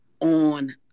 on